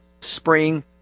spring